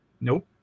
Nope